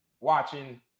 watching